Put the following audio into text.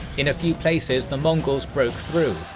in a few places the mongols broke through,